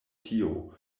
tio